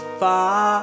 far